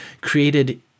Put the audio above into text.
created